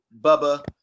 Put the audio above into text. bubba